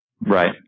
Right